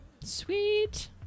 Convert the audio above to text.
sweet